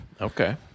Okay